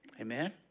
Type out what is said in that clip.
Amen